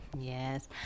Yes